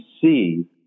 see